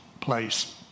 place